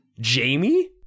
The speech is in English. Jamie